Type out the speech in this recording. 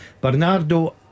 Bernardo